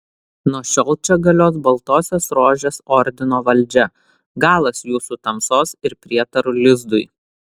nuo šiol čia galios baltosios rožės ordino valdžia galas jūsų tamsos ir prietarų lizdui